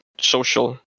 social